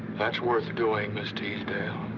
that's worth doing, miss teasdale.